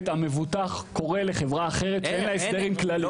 המבוטח קורא לחברה אחרת שאין לה הסדר עם כללית.